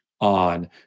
on